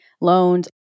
loans